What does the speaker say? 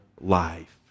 life